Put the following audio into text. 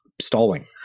stalling